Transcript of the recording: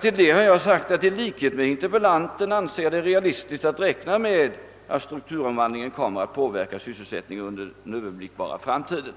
Till detta har jag sagt: »I likhet med interpellanten anser jag det realistiskt att räkna med att strukturomvandlingen kommer att påverka sysselsättningen under den Ööverblickbara framtiden.